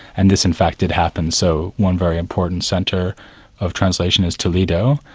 and this in fact had happened. so one very important centre of translation is toledo,